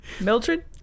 Mildred